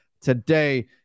today